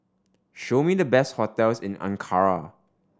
show me the best hotels in Ankara